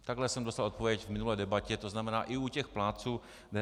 Takhle jsem dostal odpověď v minulé debatě, to znamená i u těch plátců DPH.